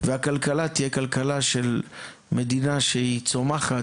והכלכלה תהיה כלכלה של מדינה שהיא צומחת,